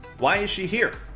why is she here?